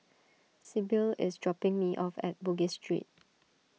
Sibyl is dropping me off at Bugis Street